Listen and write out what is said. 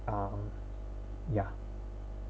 um ya